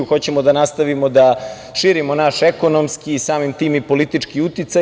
Hoćemo da nastavimo da širimo naš ekonomski i samim tim i politički uticaj.